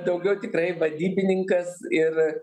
daugiau tikrai vadybininkas ir